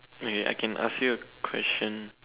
okay I can ask you a question